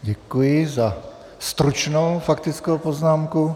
Děkuji za stručnou faktickou poznámku.